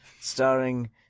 starring